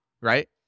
Right